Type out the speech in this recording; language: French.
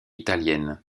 italienne